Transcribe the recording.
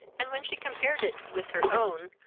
and when she compared it with her own,